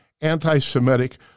anti-Semitic